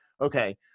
okay